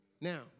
Now